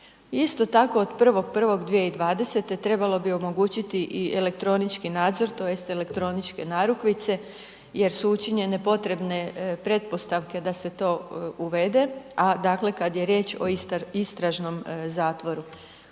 Isto tako od 1. 1. 2020. trebamo bi omogućiti i elektronički nadzor tj. elektroničke narukvice jer su učinjene potrebne pretpostavke da se to uvede a dakle kad je riječ o istražnom zatvoru.